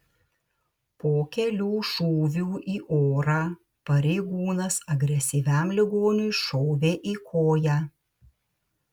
po kelių šūvių į orą pareigūnas agresyviam ligoniui šovė į koją